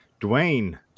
Dwayne